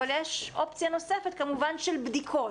אבל יש אופציה נוספת כמובן של בדיקות,